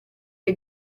che